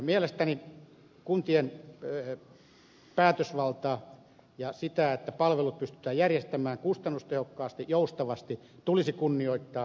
mielestäni kuntien päätösvaltaa ja sitä että palvelut pystytään järjestämään kustannustehokkaasti ja joustavasti tulisi kunnioittaa